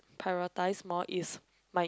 prioritise more is my